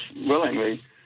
willingly